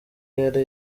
yari